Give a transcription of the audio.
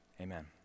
Amen